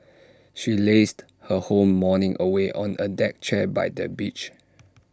she lazed her whole morning away on A deck chair by the beach